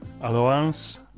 allowance